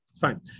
fine